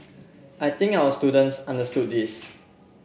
I think our students understood this